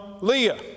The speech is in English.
Leah